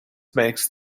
makes